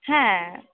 হ্যাঁ